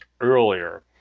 earlier